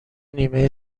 نیمه